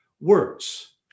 words